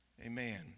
Amen